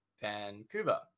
Vancouver